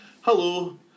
Hello